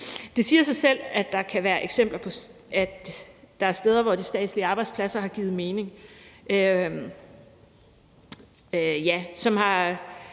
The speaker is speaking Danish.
Det siger sig selv, at der er steder, hvor de statslige arbejdspladser har givet mening,